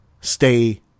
stay